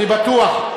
אני בטוח,